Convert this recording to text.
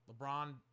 LeBron